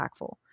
impactful